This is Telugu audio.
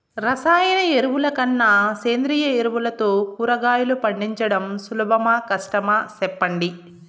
రసాయన ఎరువుల కన్నా సేంద్రియ ఎరువులతో కూరగాయలు పండించడం సులభమా కష్టమా సెప్పండి